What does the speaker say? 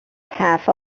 half